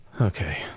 okay